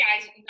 guys